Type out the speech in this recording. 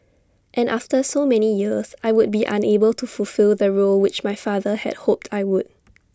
and after so many years I would be unable to fulfil the role which my father had hoped I would